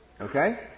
Okay